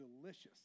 delicious